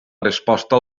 resposta